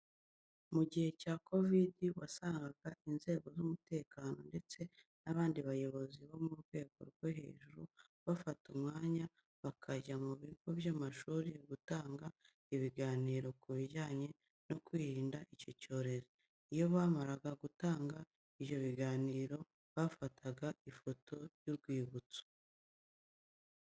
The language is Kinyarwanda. Mu gihe cya kovidi wasangaga inzego z'umutekano ndetse n'abandi bayobozi bo mu rwego rwo hejuru bafata umwanya bakajya mu bigo by'amashuri gutanga ibiganiro ku bijyanye no kwirinda icyo cyorezo. Iyo bamaraga gutanga ibyo biganiro bafataga ifoto y'urwibutso.